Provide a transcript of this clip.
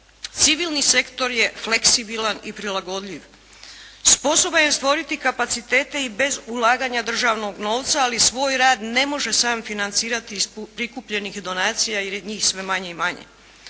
Civilni sektor je fleksibilan i prilagodljiv. Sposoban je stvoriti kapacitete i bez ulaganja državnog novca, ali svoj rad ne može sam financirati iz prikupljenih donacija jer je njih sve manje i manje.